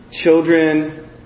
children